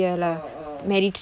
oh oh